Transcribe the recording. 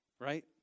Right